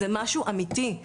זה משהו אמיתי.